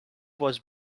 was